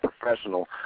professional